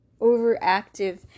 overactive